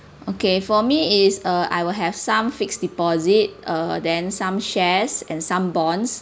okay for me is uh I will have some fixed deposit uh then some shares and some bonds